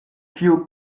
kiu